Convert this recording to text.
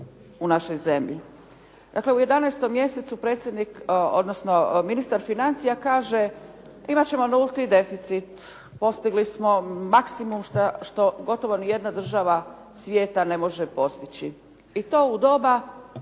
odnosno ministar financija kaže imat ćemo nulti deficit. Postigli smo maksimum što gotovo nijedna država svijeta ne može postići i to u doba